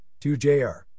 2JR